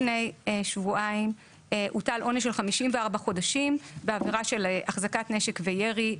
רק לפני שבועיים הוטל עונש של 54 חודשים בעבירה של החזקת נשק וירי,